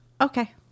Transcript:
Okay